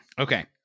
Okay